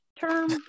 term